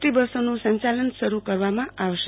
T બસોનું સંચાલન શરૂ કરવામાં આવશે